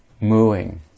mooing